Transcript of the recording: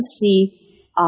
see